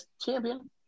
champion